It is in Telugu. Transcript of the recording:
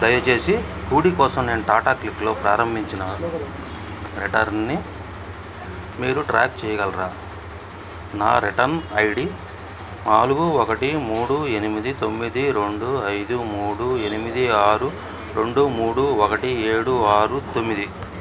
దయచేసి హూడీ కోసం నేను టాటా క్లిక్లో ప్రారంభించిన రిటర్న్ని మీరు ట్రాక్ చేయగలరా నా రిటర్న్ ఐడి నాలుగు ఒకటి మూడు ఎనిమిది తొమ్మిది రెండు ఐదు మూడు ఎనిమిది ఆరు రెండు మూడు ఒకటి ఏడు ఆరు తొమ్మిది